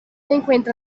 encuentra